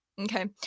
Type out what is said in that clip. okay